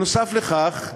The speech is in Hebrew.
נוסף לכך,